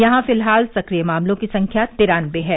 यहां फिलहाल सक्रिय मामलों की संख्या तिरानबे है